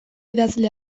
idazle